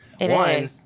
one